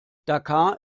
dakar